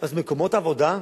אז מקומות עבודה,